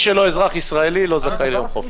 שאינו אזרח ישראלי לא זכאי ליום חופש.